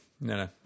No